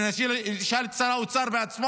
אם אני אשאל את שר האוצר בעצמו,